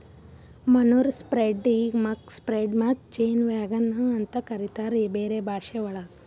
manure spreader ಈಗ್ muck spreader ಮತ್ತ ಜೇನ್ ವ್ಯಾಗನ್ ನು ಅಂತ ಕರಿತಾರ್ ಬೇರೆ ಭಾಷೆವಳಗ್